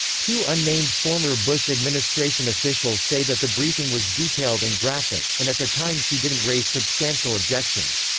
two unnamed former bush administration officials say that the briefing was detailed and graphic, and at the time she didn't raise substantial objections.